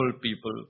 people